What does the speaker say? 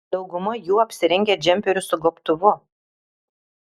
dauguma jų apsirengę džemperiu su gobtuvu